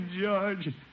George